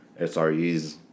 SREs